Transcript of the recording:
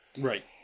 Right